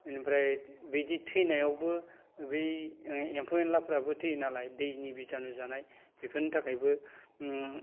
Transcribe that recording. इनिफ्राय बिदि थैनायावबो बै एम्फौ एनलाफोराबो थैयोनालाय दैनि बिजानु जानाय बेफोरनि थाखायबो उम